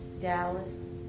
Dallas